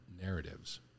narratives